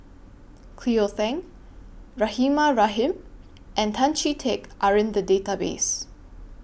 Cleo Thang Rahimah Rahim and Tan Chee Teck Are in The Database